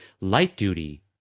light-duty